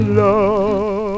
love